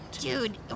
Dude